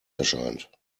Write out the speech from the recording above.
erscheint